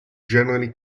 generally